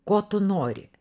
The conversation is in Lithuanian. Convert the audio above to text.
ko tu nori